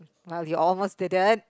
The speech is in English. well you almost didn't